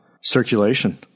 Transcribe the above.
circulation